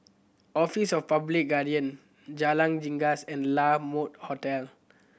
Office of Public Guardian Jalan Janggus and La Mode Hotel